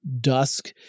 dusk